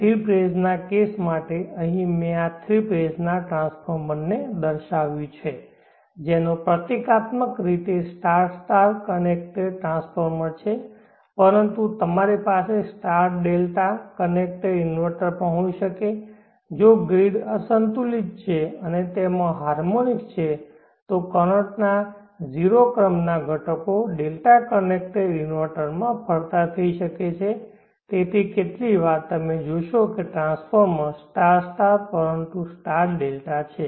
three phase ના કેસ માટે અહીં મેં આ થ્રી ફેજ ના ટ્રાન્સફોર્મરને દર્શાવ્યું છે જેનો પ્રતીકાત્મક રીતે સ્ટાર સ્ટાર કનેક્ટેડ ટ્રાન્સફોર્મર છે પરંતુ તમારી પાસે સ્ટાર્ટ ડેલ્ટા કનેક્ટેડ ઇન્વર્ટર પણ હોઈ શકે છે જો ગ્રીડ અસંતુલિત છે અને તેમાં હાર્મોનિક્સ છે તો કરંટ ના 0 ક્રમના ઘટકો Δ કનેક્ટેડ ઇન્વર્ટરમાં ફરતા થઈ શકે છે તેથી કેટલીક વાર તમે જોશો કે ટ્રાન્સફોર્મર સ્ટાર સ્ટાર પરંતુ સ્ટાર ડેલ્ટા છે